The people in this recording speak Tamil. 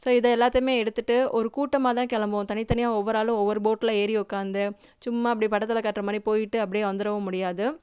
ஸோ இது எல்லாத்தையுமே எடுத்துகிட்டு ஒரு கூட்டமாக தான் கிளம்புவோம் தனித்தனியாக ஒவ்வொரு ஆளும் ஒவ்வொரு போட்ல ஏறி உட்காந்து சும்மா அப்படியே படத்தில் காட்டுற மாதிரி போய்ட்டு அப்படியே வந்துடவும் முடியாது